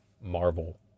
Marvel